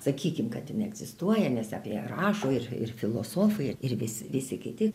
sakykim kad jin egzistuoja nes apie rašo ir ir filosofai ir visi visi kiti